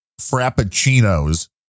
frappuccinos